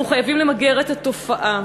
אנחנו חייבים למגר את התופעה.